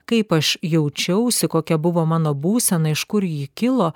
kaip aš jaučiausi kokia buvo mano būsena iš kur ji kilo